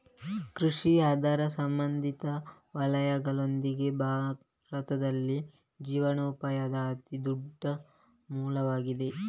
ಕೃಷಿ ಅದರ ಸಂಬಂಧಿತ ವಲಯಗಳೊಂದಿಗೆ, ಭಾರತದಲ್ಲಿ ಜೀವನೋಪಾಯದ ಅತಿ ದೊಡ್ಡ ಮೂಲವಾಗಿದೆ